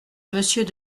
monsieur